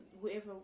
whoever